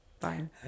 Fine